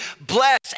bless